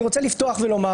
לכן אני אומר,